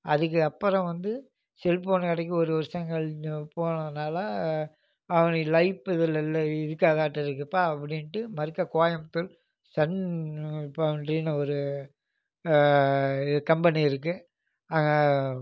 அதுக்கு அப்புறம் வந்து செல் ஃபோன் கடைக்கு ஒரு வருஷம் கழித்து போனதினால அவனுடைய லைஃபு இதில் இல்லை இருக்காதுட்டு போலிருக்குப்பா அப்படின்ட்டு மறுக்கா கோயம்புத்தூர் சன் பவுண்ட்ரின்னு ஒரு கம்பெனி இருக்கு அங்கே